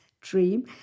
dream